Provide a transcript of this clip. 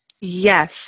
yes